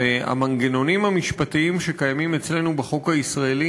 והמנגנונים המשפטיים שקיימים אצלנו בחוק הישראלי